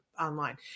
online